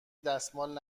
دستمال